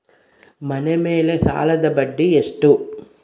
ಮನೆ ಮೇಲೆ ಸಾಲದ ಬಡ್ಡಿ ಎಷ್ಟು?